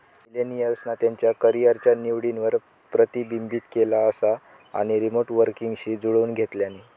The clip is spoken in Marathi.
मिलेनियल्सना त्यांच्या करीयरच्या निवडींवर प्रतिबिंबित केला असा आणि रीमोट वर्कींगशी जुळवुन घेतल्यानी